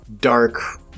dark